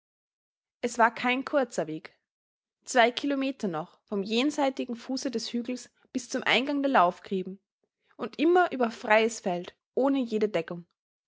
es war kein kurzer weg zwei kilometer noch vom jenseitigen fuße des hügels bis zum eingang der laufgräben und immer über freies feld ohne jede deckung